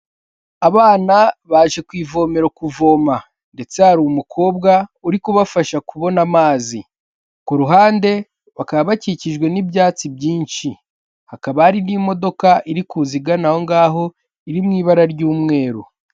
Abana baje kw'ivomera kuvoma, ndetse hari umukobwa uri kubafasha kubona amazi. Ku ruhande bakaba bakikijwe n'ibyatsi byinshi, hakaba hari n'imodoka iri kuza igana aho ngaho iri mu ibara ry'umweru.